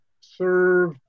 serve